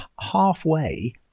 halfway